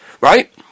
right